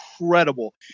incredible